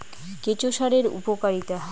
কেঁচো সারের উপকারিতা?